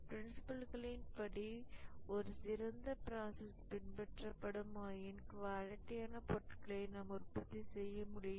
ப்ரின்சிபல்களின் படி ஒரு சிறந்த ப்ராசஸ் பின்பற்றப்படும் ஆயின் குவாலிட்டியான பொருட்களை நாம் உற்பத்தி செய்ய முடியும்